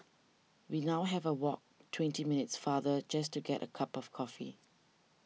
we now have a walk twenty minutes farther just to get a cup of coffee